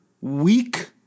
weak